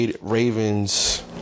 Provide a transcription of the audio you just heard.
Ravens